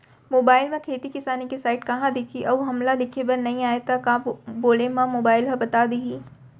Mobile म खेती किसानी के साइट कहाँ दिखही अऊ हमला लिखेबर नई आय त का बोले म मोबाइल ह बता दिही?